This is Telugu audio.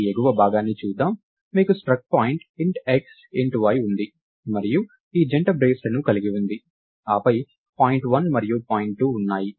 ఈ ఎగువ భాగాన్ని చూద్దాం మీకు struct point int x int y ఉంది మరియు ఈ జంట బ్రేస్ లను కలిగి ఉంది ఆపై పాయింట్ 1 మరియు పాయింట్ 2 ఉన్నాయి